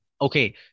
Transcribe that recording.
okay